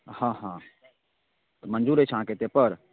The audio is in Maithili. हँ हँ मन्जूर अछि अहाँके एतेकपर